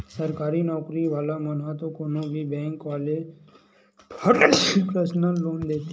सरकारी नउकरी वाला मन ल तो कोनो भी बेंक वाले ह फट ले परसनल लोन दे देथे